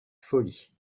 folie